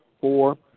four